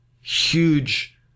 huge